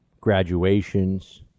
graduations